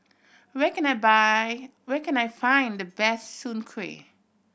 where can I buy where can I find the best Soon Kuih